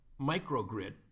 microgrid